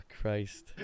christ